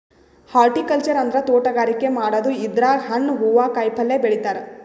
horticulture ಅಂದ್ರ ತೋಟಗಾರಿಕೆ ಮಾಡದು ಇದ್ರಾಗ್ ಹಣ್ಣ್ ಹೂವಾ ಕಾಯಿಪಲ್ಯ ಬೆಳಿತಾರ್